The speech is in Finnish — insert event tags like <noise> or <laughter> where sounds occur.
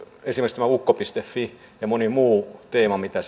esimerkiksi tämä ukko fi ja moni muu teema mitä <unintelligible>